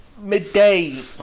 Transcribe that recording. midday